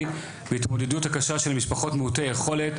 וההתמודדות הקשה של משפחות מעוטי יכולת,